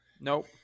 Nope